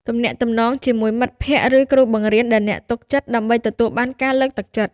ទំនាក់ទំនងជាមួយមិត្តភក្តិ ឬគ្រូបង្រៀនដែលអ្នកទុកចិត្ត ដើម្បីទទួលបានការលើកទឹកចិត្ត។